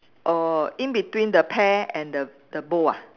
oh in between the pear and the the bowl ah